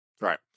Right